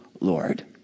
Lord